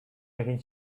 egin